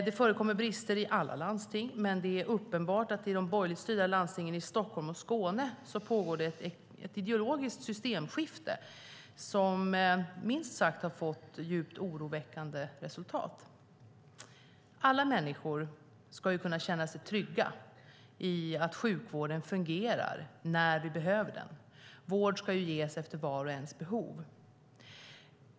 Det förekommer brister i alla landsting, men det är uppenbart att det i de borgerligt styrda landstingen i Stockholm och Skåne pågår ett ideologiskt systemskifte som minst sagt har fått djupt oroväckande resultat. Alla människor ska kunna känna sig trygga i att sjukvården fungerar när vi behöver den. Vård ska ges efter vars och ens behov.